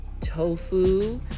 tofu